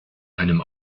einem